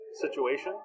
situation